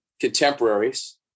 contemporaries